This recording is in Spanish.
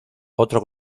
otro